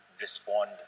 respond